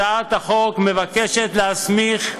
הצעת החוק מבקשת להסמיך,